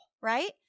right